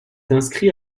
inscrit